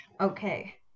Okay